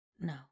No